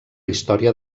història